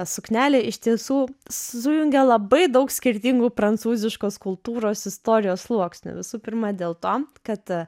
suknelė iš tiesų sujungia labai daug skirtingų prancūziškos kultūros istorijos sluoksnių visų pirma dėl to kad